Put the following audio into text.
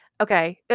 Okay